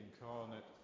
incarnate